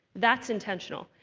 that's intentional.